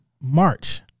March